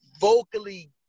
vocally